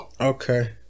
okay